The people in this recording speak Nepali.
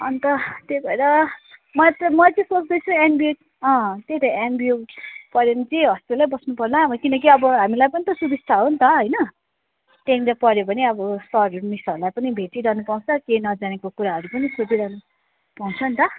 अन्त त्यही भएर मैले चाहिँ मैले चाहिँ सोच्दैछु एनबियू अँ त्यही त एनबियू पढ्यो भने चाहिँ त्यही हस्टेलै बस्नुपर्ला किनकि अब हामीलाई पनि त सुविस्ता हो नि त होइन त्यहाँनिर पढ्यो भने अब सर मिसहरूलाई पनि भेटिरहन पाउँछ के नजानेको कुराहरू पनि सोधिरहनु पाउँछ नि त